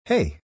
Hey